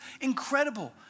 incredible